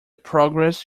progress